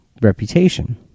reputation